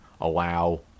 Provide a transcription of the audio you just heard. allow